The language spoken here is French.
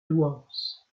louhans